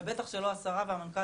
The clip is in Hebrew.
ובטח שלא השרה והמנכ"ל,